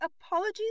apologies